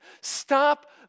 Stop